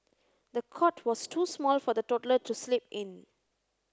the cot was too small for the toddler to sleep in